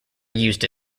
used